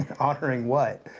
honoring what?